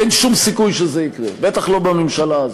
אין שום סיכוי שזה יקרה, בטח לא בממשלה הזאת.